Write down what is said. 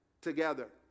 together